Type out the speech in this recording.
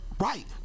Right